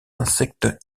insectes